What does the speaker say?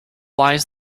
lies